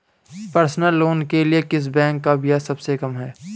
Personal loan के लिए किस बैंक का ब्याज सबसे कम है?